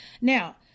now